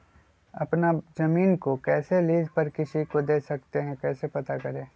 अपना जमीन को कैसे लीज पर किसी को दे सकते है कैसे पता करें?